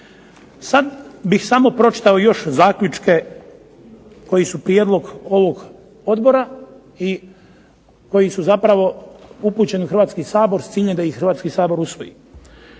Sad bih samo pročitao još zaključke koji su prijedlog ovog odbora i koji su zapravo upućeni u Hrvatski sabor s ciljem da ih Hrvatski sabor usvoji.